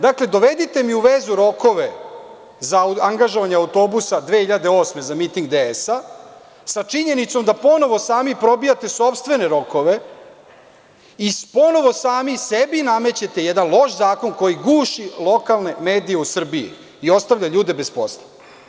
Dakle, dovedite mi u vezu rokove za angažovanje autobusa 2008. godine za miting DS sa činjenicom da ponovo sami probijate sopstvene rokove i ponovo sami sebi namećete jedan loš zakon koji guši lokalne medije u Srbiji i ostavlja ljude bez posla.